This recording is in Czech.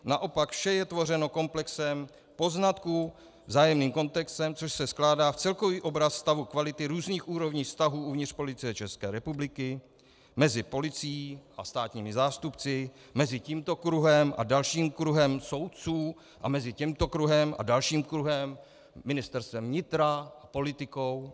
Naopak, vše je tvořeno komplexem poznatků, vzájemným kontextem, což se skládá v celkový obraz stavu kvality různých úrovní vztahů uvnitř Policie České republiky, mezi policií a státními zástupci, mezi tímto kruhem a dalším kruhem soudců a mezi tímto kruhem a dalším kruhem, Ministerstvem vnitra a politikou.